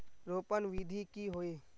रोपण विधि की होय?